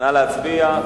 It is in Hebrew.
נא להצביע.